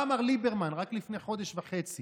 מה אמר ליברמן רק לפני חודש וחצי?